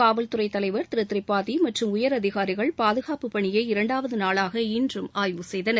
காவல் துறை தலைவர் திரு திரிபாதி மற்றும் உயர் அதினரிகள் பாதுகாப்பு பனியை இரண்டாவது நாளாக இன்றும் ஆய்வு செய்தனர்